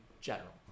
general